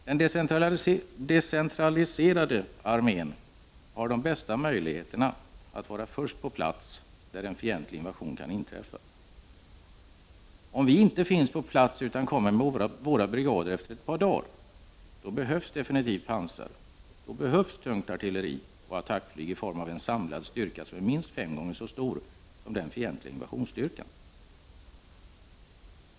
Den decentraliserade armén har de bästa möjligheterna att vara först på den plats där en fientlig invasion kan inträffa. Om vi inte finns på plats utan kommer med våra brigader efter ett par dagar behövs det absolut pansar, då behövs tungt artilleri och attackflyg i form av en samlad styrka, som är minst fem gånger så stor som den fientliga invasionsstyrkan.